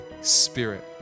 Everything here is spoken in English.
Spirit